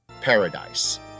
paradise